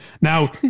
now